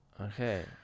Okay